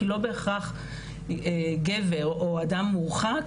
כי הצרכים של גבר או אדם מורחק,